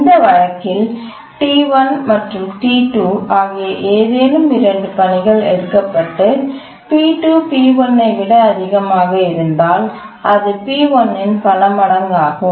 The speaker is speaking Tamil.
இந்த வழக்கில் T1 மற்றும் T2 ஆகிய ஏதேனும் 2 பணிகள் எடுக்கப்பட்டு p2 p1 ஐ விட அதிகமாக இருந்தால் அது p1 இன் பல மடங்கு ஆகும்